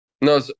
No